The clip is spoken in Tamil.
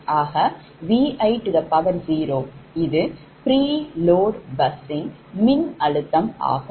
ஆக Vi0 இது preload bus ன் மின்னழுத்தம் ஆகும்